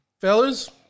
Fellas